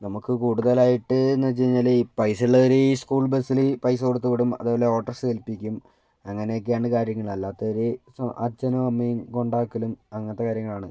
നമുക്ക് കൂടുതലായിട്ടെന്നു വച്ചു കഴിഞ്ഞാൽ ഈ പൈസയുള്ളവർ ഈ സ്കൂൾ ബസ്സിൽ പൈസ കൊടുത്തു വിടും അതേപോലെ ഓട്ടോറിക്ഷ ഏൽപ്പിക്കും അങ്ങനെയൊക്കെ ആണ് കാര്യങ്ങൾ അല്ലാത്തവർ അച്ഛനും അമ്മയും കൊണ്ടാക്കലും അങ്ങനത്തെ കാര്യങ്ങളാണ്